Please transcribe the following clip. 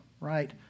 Right